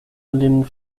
lin